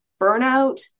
burnout